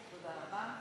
תודה רבה.